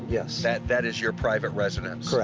yes. that that is your private residence? yeah